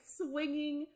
swinging